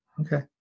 Okay